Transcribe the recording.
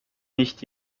nicht